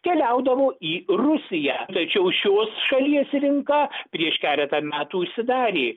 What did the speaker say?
keliaudavo į rusiją tačiau šios šalies rinka prieš keletą metų užsidarė